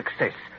success